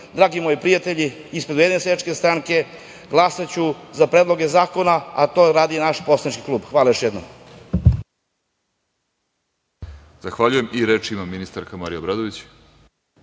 dragi moji prijatelji, ispred Ujedinjene seljačke stranke glasaću za predloge zakona, a to radi i naš poslanički klub. Hvala još jednom.